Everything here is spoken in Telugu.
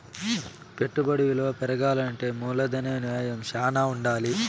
పెట్టుబడి విలువ పెరగాలంటే మూలధన వ్యయం శ్యానా ఉండాలి